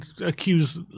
accuse